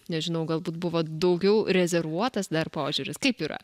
nežinau galbūt buvo daugiau rezervuotas dar požiūris kaip yra